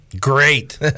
Great